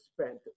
spent